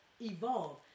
evolve